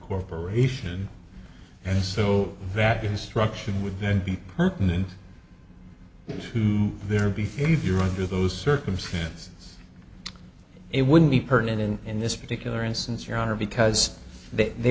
corporation and so that instruction would then be pertinent their behavior under those circumstances it wouldn't be pertinent in this particular instance your honor because they